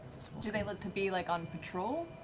do they look to be like on patrol?